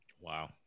Wow